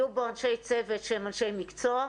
יהיו בו אנשי צוות שהם אנשי מקצוע,